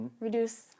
reduce